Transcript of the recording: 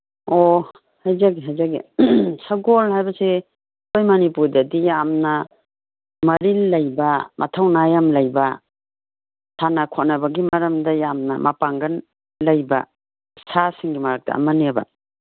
ꯑꯣ ꯍꯥꯏꯖꯒꯦ ꯍꯥꯏꯖꯒꯦ ꯁꯒꯣꯟ ꯍꯥꯏꯕꯁꯦ ꯑꯩꯈꯣꯏ ꯃꯅꯤꯄꯨꯔꯗꯗꯤ ꯌꯥꯝꯅ ꯃꯔꯤꯜ ꯂꯩꯕ ꯃꯊꯧꯅꯥ ꯌꯥꯝ ꯂꯩꯕ ꯁꯥꯟꯅ ꯈꯣꯠꯅꯕꯒꯤ ꯃꯔꯝꯗ ꯌꯥꯝꯅ ꯃꯄꯥꯡꯒꯟ ꯂꯩꯕ ꯁꯥꯁꯤꯡꯒꯤ ꯃꯔꯛꯇ ꯑꯃꯅꯦꯕ